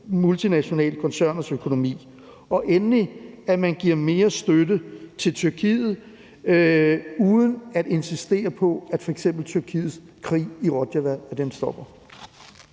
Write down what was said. multinationale koncerners økonomi, og endelig, at man giver mere støtte til Tyrkiet uden at insistere på, at f.eks. Tyrkiets krig i Rojava stopper.